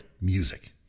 music